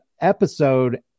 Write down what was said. episode